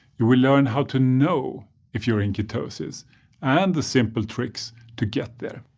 you will learn how to know if you're in ketosis and the simple tricks to get there.